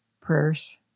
prayers